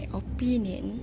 opinion